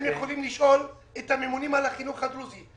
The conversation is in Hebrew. יכולים לשאול את הממונים על החינוך הדרוזי.